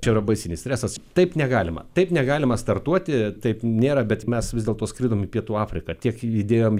čia yra baisinis stresas taip negalima taip negalima startuoti taip nėra bet mes vis dėlto skridom į pietų afriką tiek įdėjom